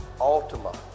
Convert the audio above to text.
Altima